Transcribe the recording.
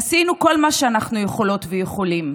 עשינו כל מה שאנחנו יכולות ויכולים.